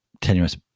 tenuous